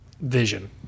vision